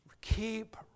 Keep